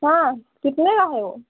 हाँ कितने का है वह